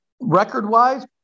record-wise